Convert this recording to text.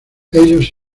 ellos